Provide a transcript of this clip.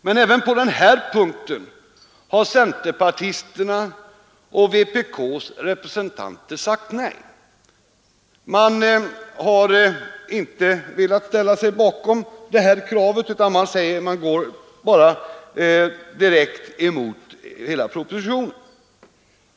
Men även på den här punkten har centerpartisterna och vpk:s representanter sagt nej. Man har inte velat ställa sig bakom det här kravet, utan man går bara direkt emot hela propositionen.